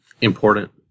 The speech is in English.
important